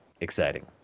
exciting